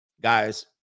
guys